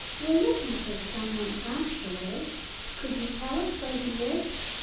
we're looking for someone, actually. could you tell us where he lives?